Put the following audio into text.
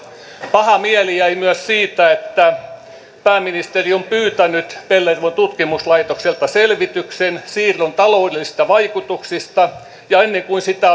paha mieli jäi myös siitä että pääministeri on pyytänyt pellervon tutkimuslaitokselta selvityksen siirron taloudellisista vaikutuksista ja ennen kuin sitä